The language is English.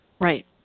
Right